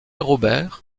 robert